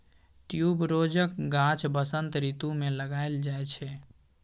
ट्युबरोजक गाछ बसंत रितु मे लगाएल जाइ छै